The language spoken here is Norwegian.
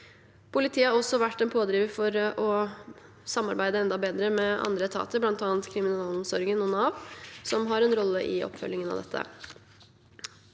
Politiet har også vært en pådriver for å samarbeide enda bedre med andre etater, bl.a. Kriminalomsorgen og Nav, som har en rolle i oppfølgingen av dette.